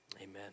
Amen